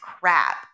crap